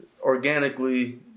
organically